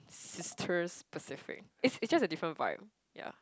sisters specific it it's just a different vibe ya